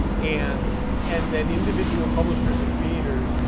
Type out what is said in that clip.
and and then individual publishers and creators,